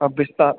Vistara